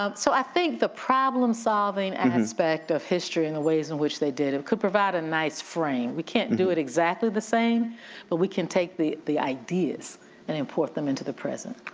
ah so i think the problem-solving and aspect of history and the ways in which they did it could provide a nice frame. we can't do it exactly the same but we can take the the ideas and import them into the present.